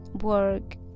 work